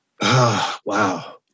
Wow